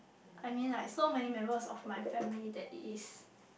I mean like so many members of my family that is